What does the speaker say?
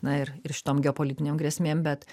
na ir ir šitom geopolitinėm grėsmėm bet